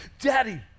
Daddy